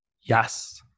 Yes